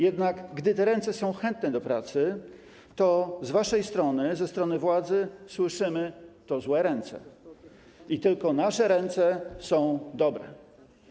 Jednak gdy te ręce są chętne do pracy, to z waszej strony, ze strony władzy słyszymy, że to złe ręce i tylko wasze ręce są dobre.